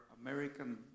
American